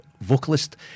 vocalist